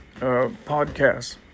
podcasts